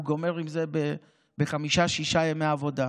והוא גומר עם זה בחמישה-שישה ימי עבודה.